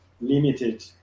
limited